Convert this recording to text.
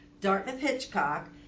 Dartmouth-Hitchcock